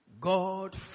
God